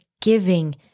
giving